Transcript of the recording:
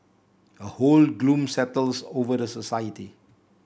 a whole gloom settles over the society